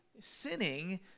sinning